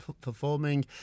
performing